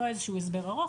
לא הסבר ארוך,